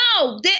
No